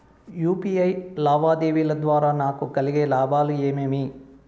UPI లావాదేవీల ద్వారా నాకు కలిగే లాభాలు ఏమేమీ?